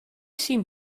seem